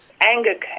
anger